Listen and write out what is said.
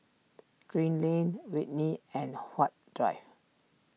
Green Lane Whitley and Huat Drive